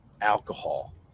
alcohol